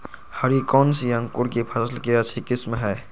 हरी कौन सी अंकुर की फसल के अच्छी किस्म है?